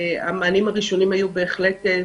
היה אולי צריך יותר,